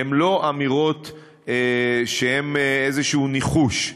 הן לא אמירות שהן איזשהו ניחוש,